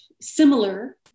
similar